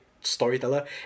storyteller